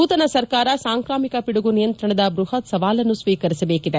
ನೂತನ ಸರ್ಕಾರ ಸಾಂಕ್ರಾಮಿಕ ಪಿದುಗು ನಿಯಂತ್ರಣದ ಬ್ಬಹತ್ ಸವಾಲನ್ನು ಸ್ವೀಕರಿಸಬೇಕಿದೆ